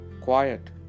Quiet